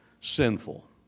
sinful